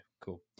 cool